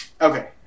okay